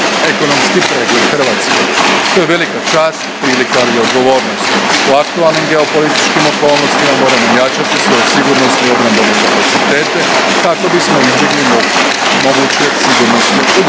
ekonomski pregled Hrvatske. To je velika čast, prilika i odgovornost. U aktualnim geopolitičkim okolnostima moramo jačati svoje sigurnosne i obrambene kapacitete kako bismo izbjegli moguće sigurnosne ugroze.